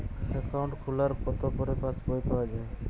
Account খোলার কতো পরে পাস বই পাওয়া য়ায়?